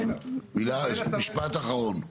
משפט אחרון.